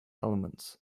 elements